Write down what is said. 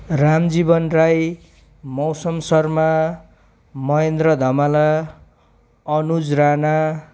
Ram Jiwan Rai Mausam Sharma Mahendra Dhamala Anuj Rana